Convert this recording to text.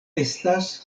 estas